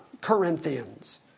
Corinthians